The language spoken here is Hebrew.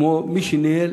כמו מי שניהל